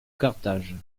carthage